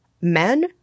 men